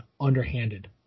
underhanded